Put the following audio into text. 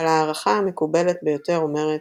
אבל ההערכה המקובלת ביותר אומרת,